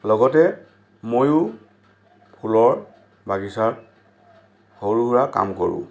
লগতে মইয়ো ফুলৰ বাগিচাত সৰু সুৰা কাম কৰোঁ